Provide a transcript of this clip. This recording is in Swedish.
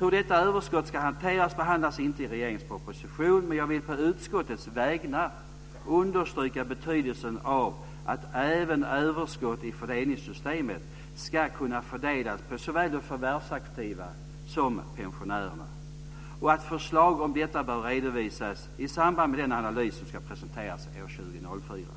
Hur detta överskott ska hanteras behandlas inte i regeringens proposition, men jag vill på utskottets vägnar understryka betydelsen av att även överskott i fördelningssystemet ska kunna fördelas på såväl de förvärvsaktiva som pensionärerna. Förslag om detta bör redovisas i samband med den analys som ska presenteras år 2004.